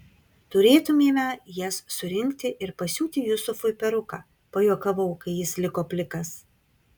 turėtumėme jas surinkti ir pasiūti jusufui peruką pajuokavau kai jis liko plikas